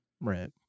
Right